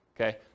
okay